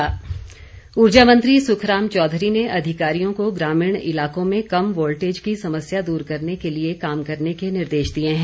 सुखराम चौधरी ऊर्जा मंत्री सुखराम चौधरी ने अधिकारियों को ग्रामीण इलाकों में कम वोल्टेज की समस्या दूर करने के लिए काम करने के निर्देश दिए हैं